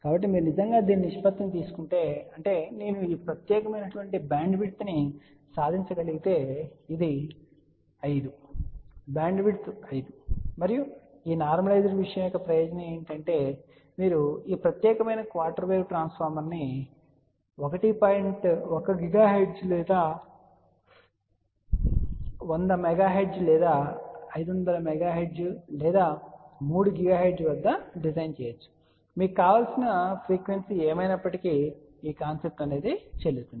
కాబట్టి మీరు నిజంగా దీని నిష్పత్తిని తీసుకుంటే అంటే నేను ఈ ప్రత్యేకమైన బ్యాండ్విడ్త్ను సాధించగలిగితే ఇది 5 బ్యాండ్విడ్త్ 5 మరియు ఈ నార్మలైస్డ్విషయం యొక్క ప్రయోజనం ఏమిటంటే మీరు ఈ ప్రత్యేకమైన క్వార్టర్ వేవ్ ట్రాన్స్ఫార్మర్ను 1 GHz లేదా 100 MHz లేదా 500 MHz లేదా 3 GHz వద్ద డిజైన్ చేయవచ్చు మీకు కావలసిన ఫ్రీక్వెన్సీ ఏమైనప్పటికీ ఈ కాన్సెప్ట్ చెల్లుతుంది